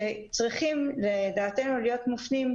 צריכה לדעתנו להיות מופנית